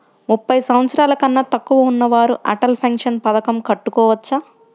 ముప్పై సంవత్సరాలకన్నా తక్కువ ఉన్నవారు అటల్ పెన్షన్ పథకం కట్టుకోవచ్చా?